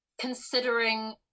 considering